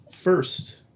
First